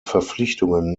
verpflichtungen